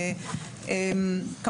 אנחנו כמשרד,